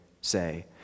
say